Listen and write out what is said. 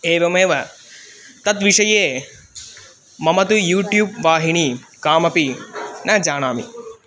एवमेव तद्विषये मम तु यूट्यूब् वाहिणी कामपि न जानामि